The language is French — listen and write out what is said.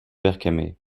vercamer